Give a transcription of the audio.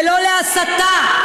ולא להסתה,